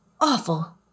awful